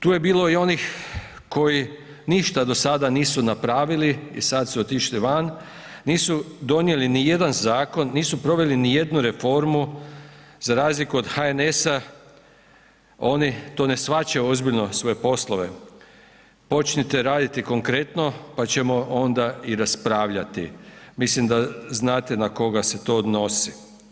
Tu je bilo i onih koji ništa do sada nisu napravili i sada su otišli van, nisu donijeli ni jedan zakon, nisu proveli ni jednu reformu za razliku od HNS-a, oni to ne shvaćaju ozbiljno svoje poslove, počnite raditi konkretno pa ćemo onda i raspravljati, mislim da znate na koga se to odnosi.